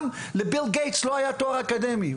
גם לביל גייטס לא היה תואר אקדמי.